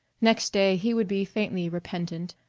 next day he would be faintly repentant,